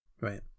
right